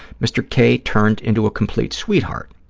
mr. k. turned into a complete sweetheart.